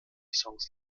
songs